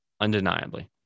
Undeniably